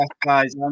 guys